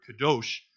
kadosh